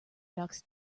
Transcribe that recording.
ducks